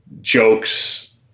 jokes